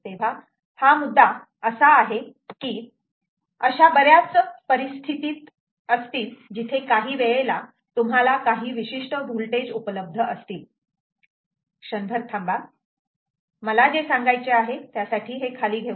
तेव्हा हा मुद्दा असा आहे की अशा बऱ्याच परिस्थिती असतील जिथे काही वेळेला तुम्हाला काही विशिष्ट व्होल्टेज उपलब्ध असतील क्षणभर थांबा मला जे सांगायचे आहे त्यासाठी हे खाली घेऊ द्या